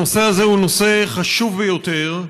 הנושא הזה הוא נושא חשוב ביותר,